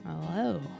Hello